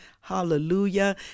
hallelujah